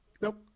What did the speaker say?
nope